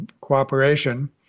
cooperation